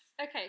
Okay